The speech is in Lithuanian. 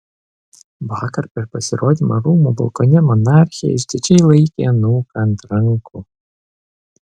vakar per pasirodymą rūmų balkone monarchė išdidžiai laikė anūką ant rankų